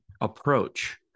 approach